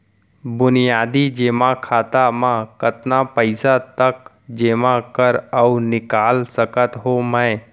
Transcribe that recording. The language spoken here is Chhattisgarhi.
बुनियादी जेमा खाता म कतना पइसा तक जेमा कर अऊ निकाल सकत हो मैं?